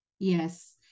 Yes